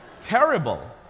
Terrible